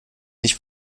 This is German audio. nicht